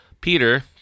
Peter